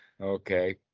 Okay